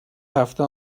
هفته